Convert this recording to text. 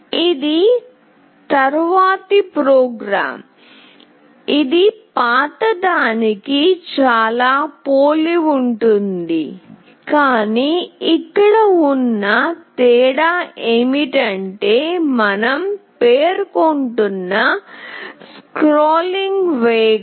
ఇది తరువాతి ప్రోగ్రామ్ ఇది పాతదానికి చాలా పోలి ఉంటుంది కానీ ఇక్కడ ఉన్న తేడా ఏమిటంటే మనం పేర్కొంటున్న స్క్రోలింగ్ వేగం